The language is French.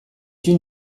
une